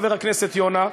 חבר הכנסת יונה,